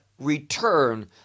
return